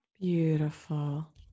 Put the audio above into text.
Beautiful